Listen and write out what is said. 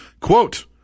Quote